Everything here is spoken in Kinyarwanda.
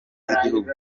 z’igihugu